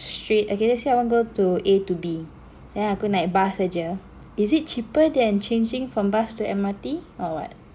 straight okay let's say I want go to A to B then aku naik bus aja is it cheaper than changing from bus to M_R_T or what